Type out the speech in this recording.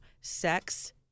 sex